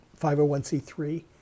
501c3